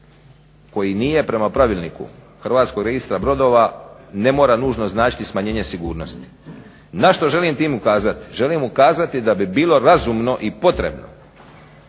koji nije prema pravilniku Hrvatskog registra brodova ne mora nužno značiti smanjenje sigurnosti. Na što želim tim ukazati? Želim ukazati da bi bilo razumno i potrebno